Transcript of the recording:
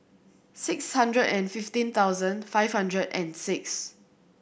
six hundred and fifteen thousand five hundred and six